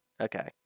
okay